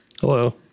Hello